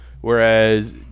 whereas